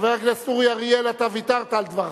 חבר הכנסת אורי אריאל, אתה ויתרת על דברך.